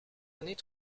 années